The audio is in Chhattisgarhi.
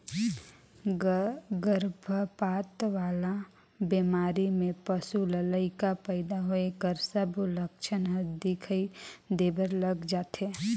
गरभपात वाला बेमारी में पसू ल लइका पइदा होए कर सबो लक्छन हर दिखई देबर लग जाथे